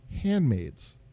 handmaids